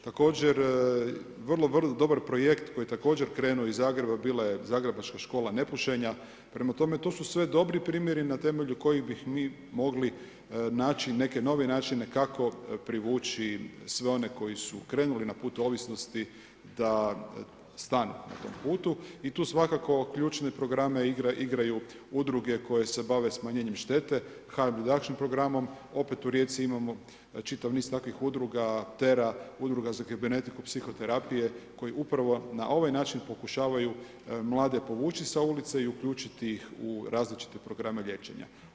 Također, vrlo dobar projekt koji je također krenuo iz Zagreba bila je Zagrebačka škola nepušenja, prema tome, to su sve dobri primjeri na temelju kojih bi mi mogli naći neke nove načine kako privući sve oni koji su krenuli na put ovisnost da stanu na tom putu i tu svakako ključne programe igraju udruge koje se bave smanjenjem štete, hard reduction programom, opet u Rijeci imamo čitav niz takvih udruga, Terra, udruga za … psihoterapije, koji upravo na ovaj način pokušavaju mlade povući sa ulice i uključiti u različite programe liječenja.